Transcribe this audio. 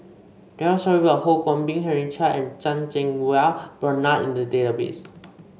there are stories about Ho Kwon Ping Henry Chia and Chan Cheng Wah Bernard in the database